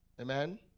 Amen